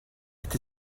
est